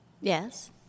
Yes